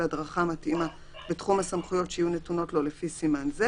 הדרכה מתאימה בתחום הסמכויות שיהיו נתונות לו לפי סימן זה: